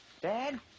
dad